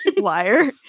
Liar